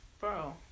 Bro